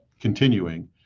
continuing